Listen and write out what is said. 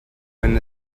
wenn